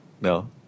no